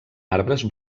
arbres